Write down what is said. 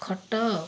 ଖଟ